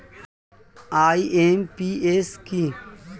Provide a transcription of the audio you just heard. IMPS কি?